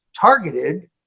targeted